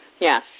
Yes